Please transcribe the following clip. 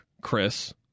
Chris